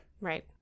Right